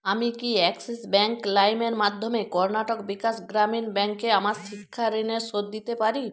আমি কি Axis Bank লাইমের মাধ্যমে কর্ণাটক বিকাশ গ্রামীণ ব্যাঙ্কে আমার শিক্ষা ঋণের শোধ দিতে পারি